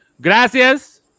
gracias